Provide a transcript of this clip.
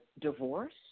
divorce